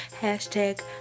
hashtag